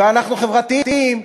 ואנחנו חברתיים,